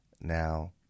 Now